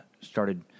Started